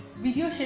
video